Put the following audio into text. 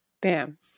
Bam